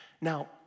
Now